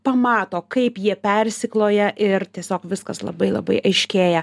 pamato kaip jie persikloja ir tiesiog viskas labai labai aiškėja